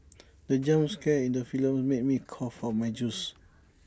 the jump scare in the film made me cough out my juice